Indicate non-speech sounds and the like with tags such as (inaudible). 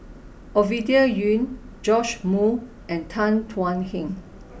(noise) Ovidia Yu Joash Moo and Tan Thuan Heng